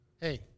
Hey